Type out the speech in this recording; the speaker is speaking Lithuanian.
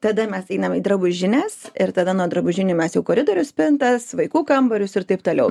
tada mes einam į drabužines ir tada nuo drabužinių mes jau koridorius spintas vaikų kambarius ir taip toliau